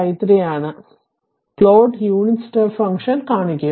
അതിനാൽ plot unit step function കാണിക്കും